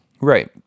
right